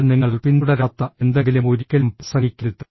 എന്നാൽ നിങ്ങൾ പിന്തുടരാത്ത എന്തെങ്കിലും ഒരിക്കലും പ്രസംഗിക്കരുത്